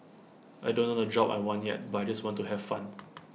I don't know the job I want yet but I just want to have fun